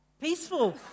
Peaceful